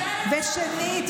ושנית,